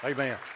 Amen